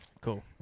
cool